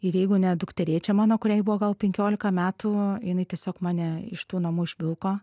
ir jeigu ne dukterėčia mano kuriai buvo gal penkiolika metų jinai tiesiog mane iš tų namų išvilko